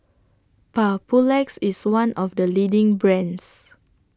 Papulex IS one of The leading brands